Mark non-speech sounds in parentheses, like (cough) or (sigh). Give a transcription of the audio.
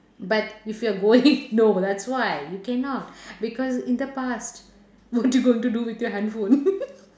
but if you're going no that's why you cannot because in the past what you going to do with your handphone (laughs)